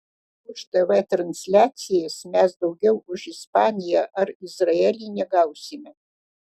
už tv transliacijas mes daugiau už ispaniją ar izraelį negausime